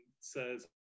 says